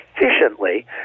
efficiently